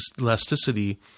elasticity